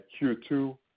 Q2